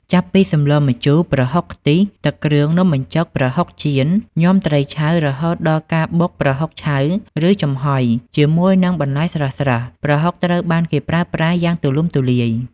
ចាប់ពីសម្លម្ជូរ ប្រហុកខ្ទិះ ទឹកគ្រឿង នំបញ្ចុក ប្រហុកចៀន ញាំត្រីឆៅ រហូតដល់ការបុកប្រហុកឆៅ ឬចំហុយ ជាមួយនឹងបន្លែស្រស់ៗ ប្រហុកត្រូវបានគេប្រើប្រាស់យ៉ាងទូលំទូលាយ។